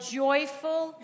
joyful